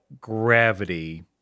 gravity